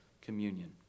communion